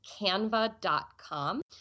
Canva.com